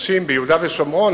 אנשים ביהודה ושומרון,